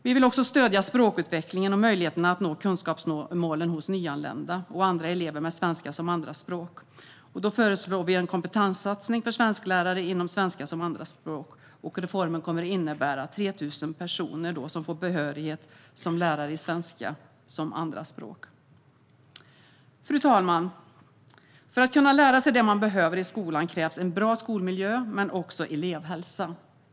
Vi vill också stödja språkutvecklingen och möjligheterna att nå kunskapsmålen för nyanlända och andra elever med svenska som andraspråk. Därför föreslår vi en kompetenssatsning för svensklärare inom svenska som andraspråk. Reformen kommer att innebära att 3 000 personer får behörighet som lärare i svenska som andraspråk. Fru talman! För att kunna lära sig det man behöver i skolan krävs en bra skolmiljö men också elevhälsa.